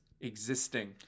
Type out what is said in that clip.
Existing